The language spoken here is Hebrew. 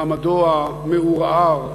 מעמדו המעורער,